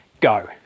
go